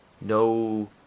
no